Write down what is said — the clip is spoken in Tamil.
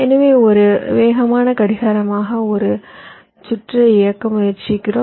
எனவே ஒரு வேகமான கடிகாரமாக ஒரு சுற்றை இயக்க முயற்சிக்கிறோம்